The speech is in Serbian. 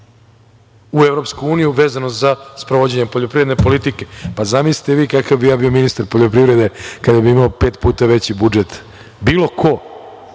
u EU, vezano za sprovođenje poljoprivredne politike. Zamislite vi kakav bi ja bio ministar poljoprivrede kada bih imao pet puta veći budžet. Bilo ko,